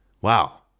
Wow